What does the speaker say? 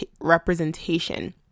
representation